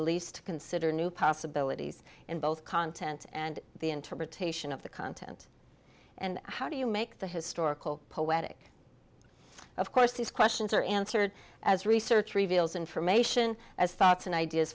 beliefs to consider new possibilities in both content and the interpretation of the content and how do you make the historical poetic of course these questions are answered as research reveals information as thoughts and ideas